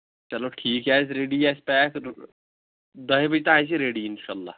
چلو ٹھیٖک یہِ آسہِ ریڈی آسہِ پیک دۄیہِ بَجہِ تام اَسہِ یہِ ریڈی اِنشاء اللہ